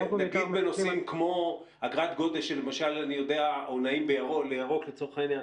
נגיד בנושאים כמו אגרת גודש או "נעים לירוק" לצורך העניין,